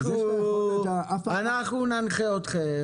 אנחנו ננחה אתכם,